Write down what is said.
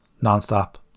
non-stop